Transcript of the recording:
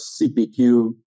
CPQ